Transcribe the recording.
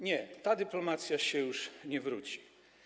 Nie, ta dyplomacja już nie wróci.